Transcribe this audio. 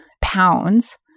pounds